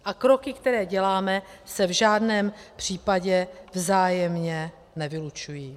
A kroky, které děláme, se v žádném případě vzájemně nevylučují.